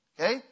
Okay